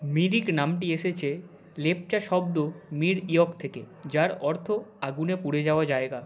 মিরিক নামটি এসেছে লেপচা শব্দ মির ইয়ক থেকে যার অর্থ আগুনে পুড়ে যাওয়া জায়গা